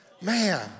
Man